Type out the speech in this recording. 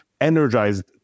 energized